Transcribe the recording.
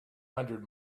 hundred